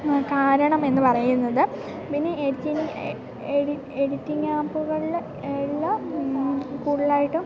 കാരണമെന്നു പറയുന്നത് പിന്നെ എഡിറ്റിങ്ങ് എഡിറ്റിങ്ങ് ആപ്പുകളിൽ എല്ലാം കൂടുതലായിട്ടും